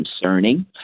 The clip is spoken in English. concerning